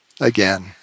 again